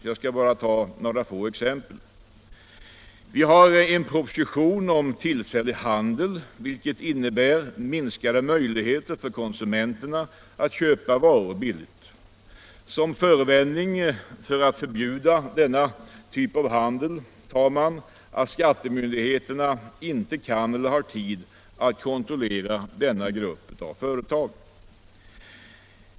Jag skall bara ta några få exempel: Vi har fått en proposition om tillfällig handel, vilken innebär minskade möjligheter för konsumenterna att köpa varor billigt. Som förevändning för att förbjuda denna typ av handel tas att skattemyndigheterna inte kan eller har tid att kontrollera denna grupp av företag.